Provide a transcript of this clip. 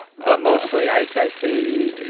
but mostly ice ice baby.